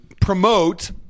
promote